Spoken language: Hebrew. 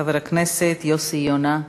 חבר הכנסת יוסי יונה.